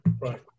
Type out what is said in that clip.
right